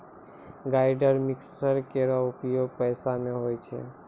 grinder mixer केरो उपयोग पिसै म होय छै